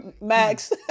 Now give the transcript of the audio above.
max